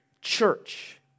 church